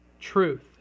truth